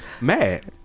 mad